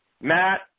Matt